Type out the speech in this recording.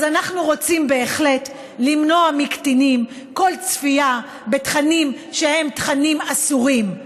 אז אנחנו רוצים בהחלט למנוע מקטינים כל צפייה בתכנים שהם תכנים אסורים,